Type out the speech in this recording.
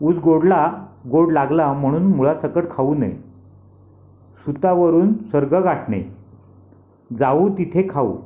ऊस गोडला गोड लागला म्हणून मुळासकट खाऊ नये सुतावरून स्वर्ग गाठणे जाऊ तिथे खाऊ